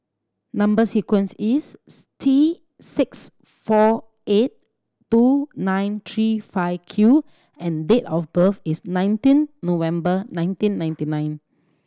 number sequence is T six four eight two nine three five Q and date of birth is nineteen November nineteen ninety nine